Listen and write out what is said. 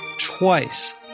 twice